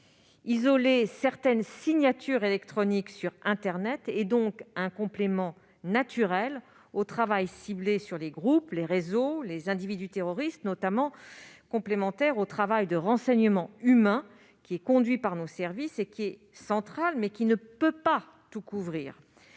Isoler certaines signatures électroniques sur internet constitue donc un complément naturel du travail ciblé sur les groupes, les réseaux et les individus terroristes, mais aussi du travail de renseignement humain conduit par nos services. Ce travail est central, mais il ne permet pas de tout couvrir.